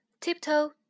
Tiptoe